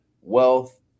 wealth